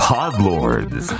Podlords